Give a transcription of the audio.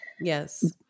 Yes